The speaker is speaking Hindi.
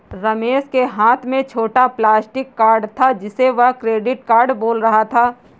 रमेश के हाथ में छोटा प्लास्टिक कार्ड था जिसे वह क्रेडिट कार्ड बोल रहा था